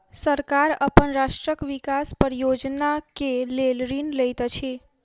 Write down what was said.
सरकार अपन राष्ट्रक विकास परियोजना के लेल ऋण लैत अछि